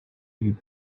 you